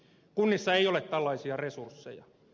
kunnissa ei ole tällaisia resursseja